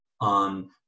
on